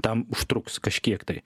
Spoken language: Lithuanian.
tam užtruks kažkiek tai